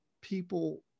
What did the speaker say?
people